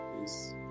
Peace